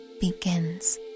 begins